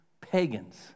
pagans